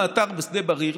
בתחום האתר בשדה בריר,